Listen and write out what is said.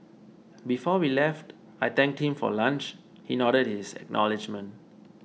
before we left I thanked him for lunch he nodded his acknowledgement